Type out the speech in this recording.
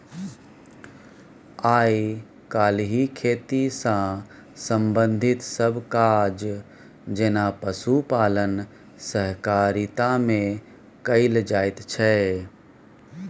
आइ काल्हि खेती सँ संबंधित सब काज जेना पशुपालन सहकारिता मे कएल जाइत छै